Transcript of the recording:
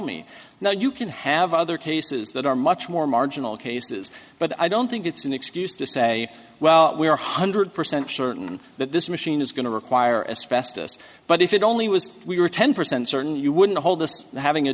me now you can have other cases that are much more marginal cases but i don't think it's an excuse to say well we're hundred percent certain that this machine is going to require as festus but if it only was we were ten percent certain you wouldn't hold us having a